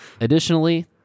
Additionally